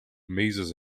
mazes